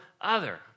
other